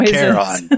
Caron